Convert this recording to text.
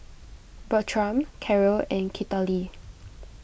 Bertram Karyl and Citlali